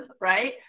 right